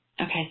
Okay